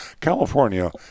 California